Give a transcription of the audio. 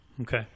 Okay